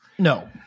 No